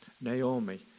Naomi